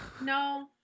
no